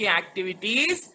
activities